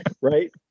Right